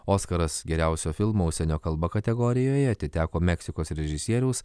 oskaras geriausio filmo užsienio kalba kategorijoje atiteko meksikos režisieriaus